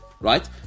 right